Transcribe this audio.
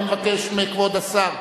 אני מבקש מכבוד השר,